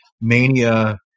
mania